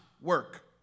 work